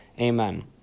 Amen